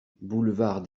boulevard